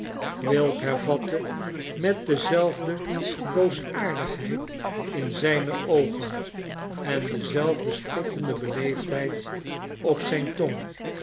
quilp hervatte met dezelfde boosaardigheid in zijne oogen en dezelfde spottende beleefdheid op zijne tong